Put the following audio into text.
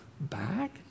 back